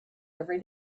every